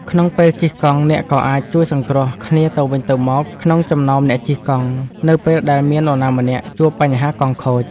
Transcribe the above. ក្នុងពេលជិះកង់អ្នកក៏អាចជួយសង្គ្រោះគ្នាទៅវិញទៅមកក្នុងចំណោមអ្នកជិះកង់ នៅពេលដែលមាននរណាម្នាក់ជួបបញ្ហាកង់ខូច។